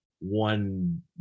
one